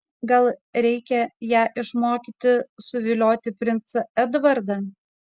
gal reikia ją išmokyti suvilioti princą edvardą